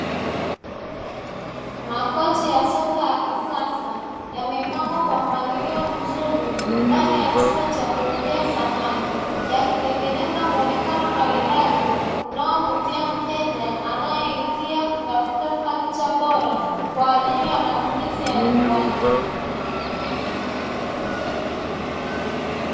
Makochi ya sofa ya kisasa yamepangwa kwa mpangilio mzuri ndani ya chumba cha kuuzia samani, yakitengeneza muonekano maridadi unao vutia mteja anaye ingia kutafuta fanicha bora kwaajili ya matumizi ya nyumbani.